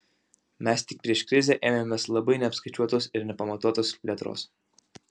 mes tik prieš krizę ėmėmės labai neapskaičiuotos ir nepamatuotos plėtros